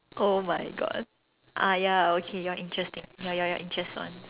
oh my God ah ya okay you're interesting ya ya your interest one